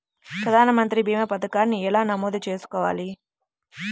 ప్రధాన మంత్రి భీమా పతకాన్ని ఎలా నమోదు చేసుకోవాలి?